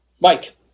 Mike